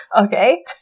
Okay